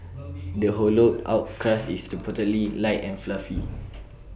the hollowed out crust is reportedly light and fluffy